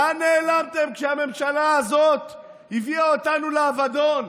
לאן נעלמתם כשהממשלה הזאת הביאה אותנו לאבדון?